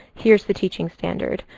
here's the teaching standard.